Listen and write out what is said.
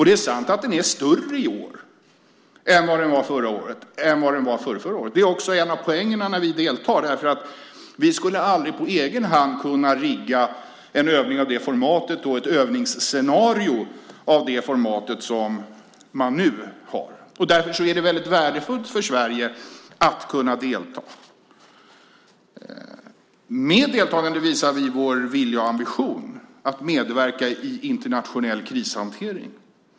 Det är sant att den är större i år än vad den var förra året och förrförra året. Det är också en av poängerna för att vi deltar. Vi skulle aldrig på egen hand kunna rigga en övning av det formatet och ett övningsscenario av det format som man nu kan göra. Därför är det väldigt värdefullt för Sverige att kunna delta. Med deltagande visar vi vår vilja och ambition att medverka i internationell krishantering.